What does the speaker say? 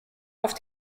auf